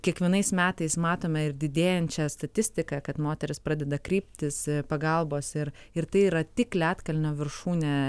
kiekvienais metais matome ir didėjančią statistiką kad moteris pradeda kreiptis pagalbos ir ir tai yra tik ledkalnio viršūnė